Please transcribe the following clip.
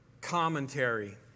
commentary